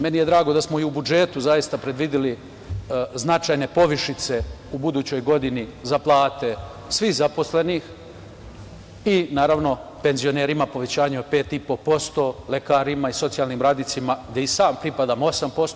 Meni je drago da smo i u budžetu zaista predvideli značajne povišice u budućoj godini za plate svi zaposlenih i naravno penzionerima povećanje od 5,5%, lekarima i socijalnim radnicima gde i sam pripadam, 8%